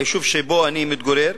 היישוב שבו אני מתגורר,